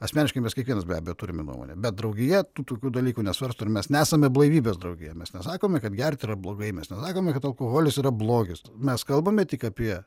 asmeniškai mes kiekvienas be abejo turime nuomonę bet draugija tų tokių dalykų nesvarsto ir mes nesame blaivybės draugija mes nesakome kad gerti yra blogai mes nesakome kad alkoholis yra blogis mes kalbame tik apie